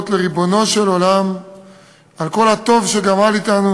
לריבונו של עולם על כל הטוב שגמל אתנו,